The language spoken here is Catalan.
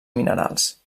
minerals